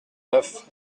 neuf